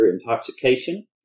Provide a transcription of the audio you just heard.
intoxication